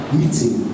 meeting